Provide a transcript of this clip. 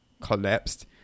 collapsed